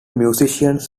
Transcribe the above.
musicians